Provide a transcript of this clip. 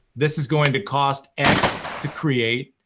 this is going to cost x to create,